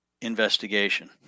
investigation